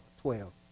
twelve